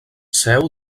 seu